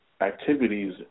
activities